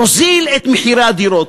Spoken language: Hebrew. יוזיל את מחירי הדירות.